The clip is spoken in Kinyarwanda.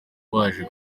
baje